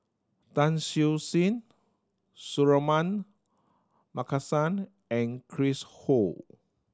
Tan Siew Sin Suratman Markasan and Chris Ho